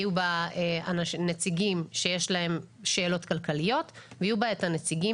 יהיו בה נציגים שיש להם שאלות כלכליות ויהיו בה את הנציגים